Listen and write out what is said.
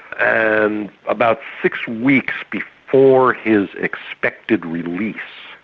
and, about six weeks before his expected release,